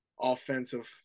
offensive